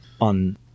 on